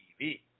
TV